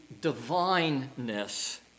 divineness